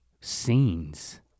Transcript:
scenes